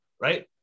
right